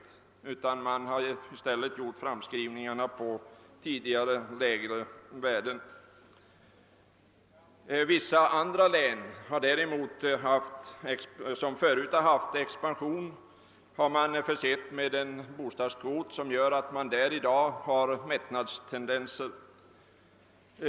I stället har man gjort framskrivningarna på tidigare och lägre värden. Vissa andra län som förut haft expansion har fått en bostadskvot som medfört att det för närvarande finns en mättnadstendens på bostadsmarknaden.